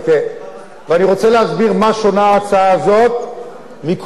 אני רוצה להסביר במה שונה ההצעה הזאת מכל ההצעות.